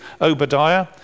Obadiah